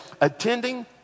attending